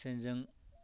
ट्रेनजों